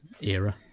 era